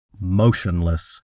motionless